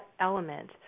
element